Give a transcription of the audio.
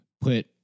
put